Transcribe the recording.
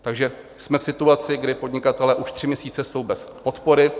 Takže jsme v situaci, kdy podnikatelé už tři měsíce jsou bez podpory.